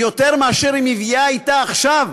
ויותר מאשר היא מביאה אתה עכשיו,